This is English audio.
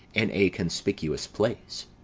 in a conspicuous place.